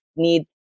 need